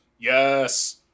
yes